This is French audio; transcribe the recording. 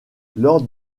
lors